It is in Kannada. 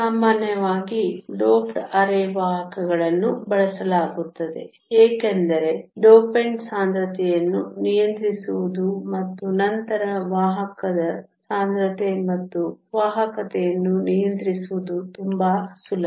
ಸಾಮಾನ್ಯವಾಗಿ ಡೋಪ್ಡ್ ಅರೆವಾಹಕಗಳನ್ನು ಬಳಸಲಾಗುತ್ತದೆ ಏಕೆಂದರೆ ಡೋಪಂಟ್ ಸಾಂದ್ರತೆಯನ್ನು ನಿಯಂತ್ರಿಸುವುದು ಮತ್ತು ನಂತರ ವಾಹಕದ ಸಾಂದ್ರತೆ ಮತ್ತು ವಾಹಕತೆಯನ್ನು ನಿಯಂತ್ರಿಸುವುದು ತುಂಬಾ ಸುಲಭ